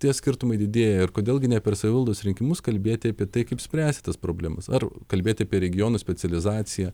tie skirtumai didėja ir kodėl gi ne per savivaldos rinkimus kalbėti apie tai kaip spręsti tas problemas ar kalbėti apie regionų specializaciją